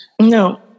No